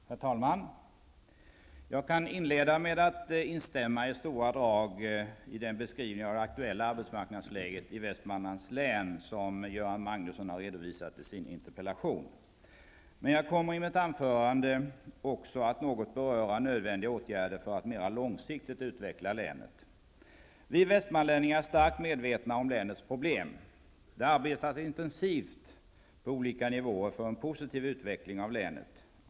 Herr talman! Jag kan inleda med att instämma i stora drag i den beskrivning av det aktuella arbetsmarknadsläget i Västmanlands län som Men jag kommer i mitt anförande att också beröra nödvändiga åtgärder för att mera långsiktigt utveckla länet. Vi västmanlänningar är starkt medvetna om länets problem. Det arbetas intensivt på olika nivåer för en positiv utveckling av länet.